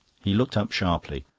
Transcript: he looked up sharply.